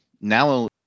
now